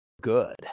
good